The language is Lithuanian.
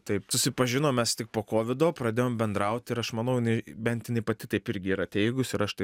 taip susipažinom mes tik po kovido pradėjom bendraut ir aš manau jinai bent jinai pati taip irgi yra teigusi ir aš tai